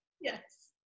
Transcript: yes